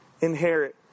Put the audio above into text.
inherit